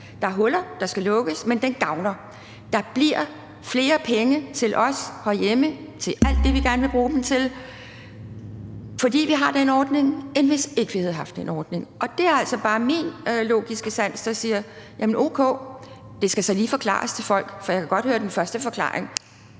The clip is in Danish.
Der er huller, der skal lukkes, men den gavner. Der bliver flere penge til os herhjemme, til alt det, vi gerne vil bruge dem til, fordi vi har den ordning, i forhold til hvis vi ikke havde haft den ordning. Og det er så bare min logiske sans, der siger o.k. til det – det skal så lige forklares til folk, for man kan måske godt sige,